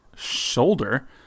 shoulder